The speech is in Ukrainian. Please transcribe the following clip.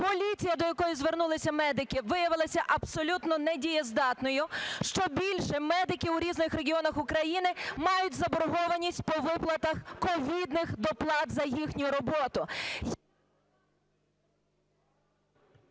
Поліція, до якої звернулися медики, виявилася абсолютно недієздатною, що більше, медики у різних регіонах України мають заборгованість по виплатах ковідних доплат за їхню роботу.